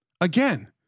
again